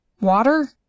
water